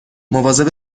مواظب